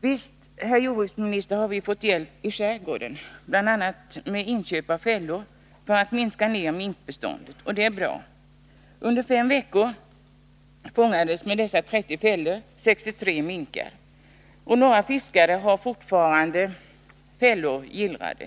Visst, herr jordbruksminister, har vi i skärgården fått hjälp, bl.a. för inköp av fällor för att minska minkbeståndet, och det är bra. Under fem veckor fångades med 30 fällor 63 minkar. Några fiskare har fortfarande fällor gillrade.